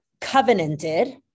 covenanted